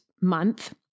month